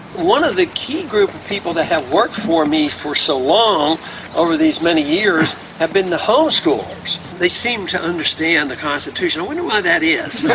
one of the key groups of people that have worked for me for so long over these many years have been the homeschoolers. they seem to understand the constitution. i wonder why that is?